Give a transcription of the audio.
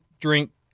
drink